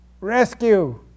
rescue